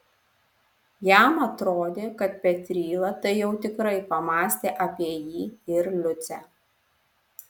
jam atrodė kad petryla tai jau tikrai pamąstė apie jį ir liucę